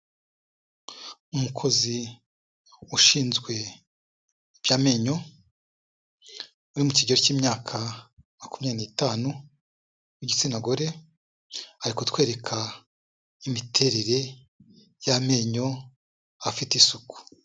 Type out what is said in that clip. Umukozi ushinzwe iby'amenyo uri mu kigero cy'imyaka makumyabiri n'itanu w'igitsina gore, ari kutwereka imiterere y'amenyo afite isuku.